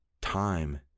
time